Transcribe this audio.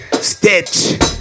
Stitch